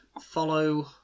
follow